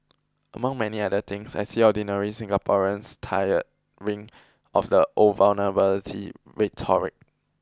among many other things I see ordinary Singaporeans tiring of the old vulnerability rhetoric